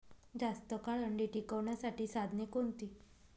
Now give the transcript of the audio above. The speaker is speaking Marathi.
जास्त काळ अंडी टिकवण्यासाठी साधने कोणती?